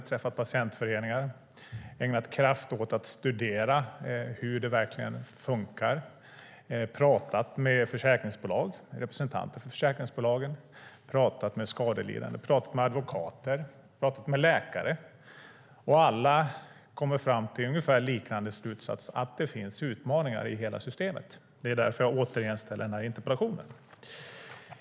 Jag har träffat patientföreningar och ägnat kraft åt att studera hur det verkligen funkar. Jag har pratat med försäkringsbolag, representanter för försäkringsbolagen. Jag har pratat med skadelidande. Jag har pratat med advokater. Jag har pratat med läkare. Alla kommer fram till ungefär samma slutsats, att det finns utmaningar i hela systemet. Det är därför jag återigen ställer den här interpellationen.